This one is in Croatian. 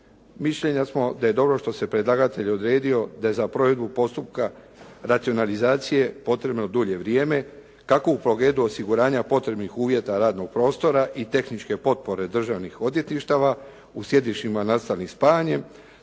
Mišljenja smo da je dobro što se predlagatelj odredio da je za provedbu postupka racionalizacije potrebno dulje vrijeme kako u pogledu osiguranja potrebnih uvjeta radnog prostora i tehničke potpore državnih odvjetništava u sjedištima nastalim spajanjem